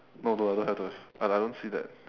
no but I don't have though I I don't see that